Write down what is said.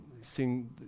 seeing